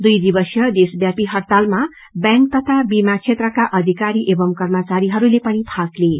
दुई दिवसीय देशव्यापी हड़तालमा बैंक तथा बीमा क्षेत्रका अधिकारी एवम् कर्मचारीहरूले पनि भाग लिए